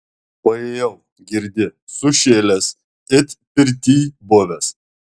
paėjau girdi sušilęs it pirtyj buvęs